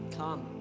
come